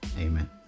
Amen